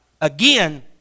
Again